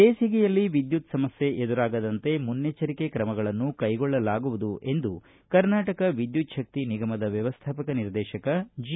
ಬೇಸಿಗೆಯಲ್ಲಿ ವಿದ್ಯುತ್ ಸಮಸ್ಕೆ ಎದುರಾಗದಂತೆ ಮುನ್ನೆಚ್ಚರಿಕೆ ಕ್ರಮಗಳನ್ನು ಕೈಗೊಳ್ಳಲಾಗುವುದು ಎಂದು ಕರ್ನಾಟಕ ವಿದ್ಯುಚ್ಛಕ್ತಿ ನಿಗಮದ ವ್ಯವಸ್ಥಾಪಕ ನಿರ್ದೇಶಕ ಜಿ